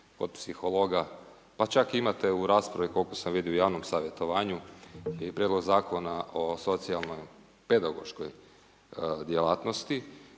od psihologa, pa čak imate u raspravi koliko sam vidio u javnom savjetovanju i prijedlog Zakona o socijalnoj pedagoškoj djelatnosti